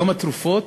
היום התרופות,